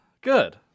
Good